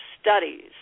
studies